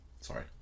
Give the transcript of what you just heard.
Sorry